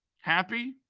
Happy